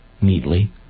neatly